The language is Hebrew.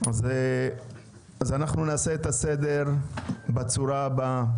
אנחנו נעשה את הסדר בצורה הבאה,